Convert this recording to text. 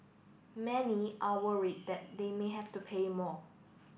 many are worried that they may have to pay more